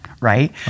right